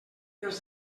els